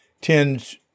tends